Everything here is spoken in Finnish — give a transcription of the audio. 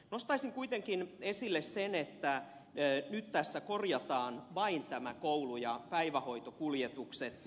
nostaisin kuitenkin esille sen että nyt tässä korjataan vain nämä koulu ja päivähoitokuljetukset